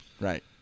Right